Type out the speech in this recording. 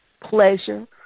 pleasure